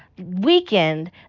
weekend